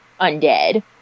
undead